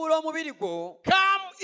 Come